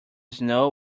snow